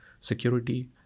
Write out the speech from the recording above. security